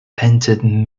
painted